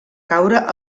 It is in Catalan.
caure